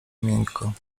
miękko